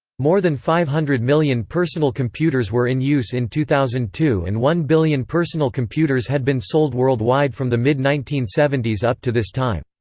more than five hundred million personal computers were in use in two thousand and two and one billion personal computers had been sold worldwide from the mid nineteen seventy s up to this time.